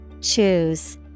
choose